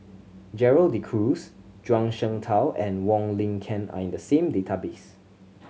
Gerald De Cruz Zhuang Shengtao and Wong Lin Ken are in the same database